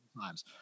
times